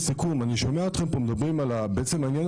לסיכום אני שומע אתכם מדברים על תקשורת,